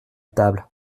table